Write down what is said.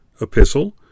epistle